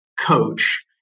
coach